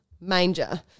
manger